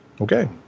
Okay